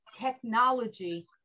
technology